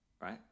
right